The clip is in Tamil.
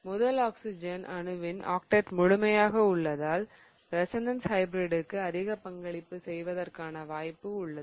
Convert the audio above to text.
முதல் ஆக்சிஜன் அணுவின் ஆக்டெட் முழுமையாக உள்ளதால் ரெசோனன்ஸ் ஹைபிரிடிற்கு அதிக பங்களிப்பு செய்வதற்கான வாய்ப்பு உள்ளது